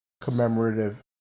commemorative